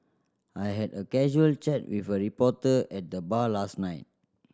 I had a casual chat with a reporter at the bar last night